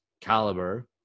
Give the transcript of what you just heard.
caliber